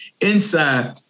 inside